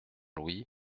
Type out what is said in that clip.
louis